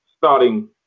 starting